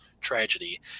tragedy